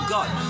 God